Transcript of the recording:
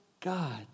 God